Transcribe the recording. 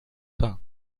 peints